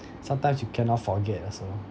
sometimes you cannot forget also